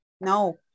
no